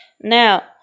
Now